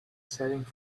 setting